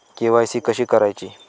KYC कशी करायची?